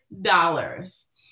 dollars